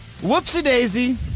Whoopsie-daisy